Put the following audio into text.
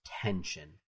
tension